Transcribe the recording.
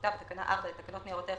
כמשמעותה בתקנה 4 לתקנות ניירות ערך